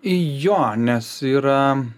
jo nes yra